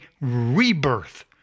rebirth